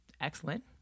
excellent